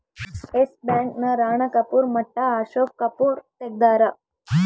S Bank ನ ರಾಣ ಕಪೂರ್ ಮಟ್ಟ ಅಶೋಕ್ ಕಪೂರ್ ತೆಗ್ದಾರ